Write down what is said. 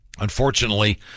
Unfortunately